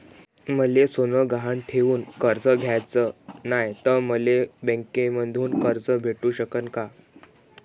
मले सोनं गहान ठेवून कर्ज घ्याचं नाय, त मले बँकेमधून कर्ज भेटू शकन का?